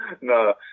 No